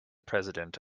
president